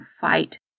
fight